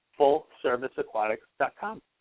FullServiceAquatics.com